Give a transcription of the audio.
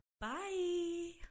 bye